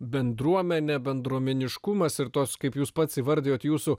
bendruomenė bendruomeniškumas ir tos kaip jūs pats įvardijot jūsų